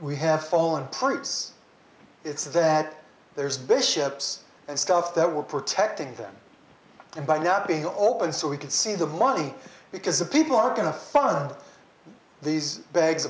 we have fallen proves it's that there's bishops and stuff that we're protecting them and by now being open so we can see the money because the people are going to fund these bag